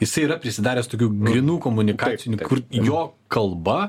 jisai yra prisidaręs tokių grynų komunikacinių kur jo kalba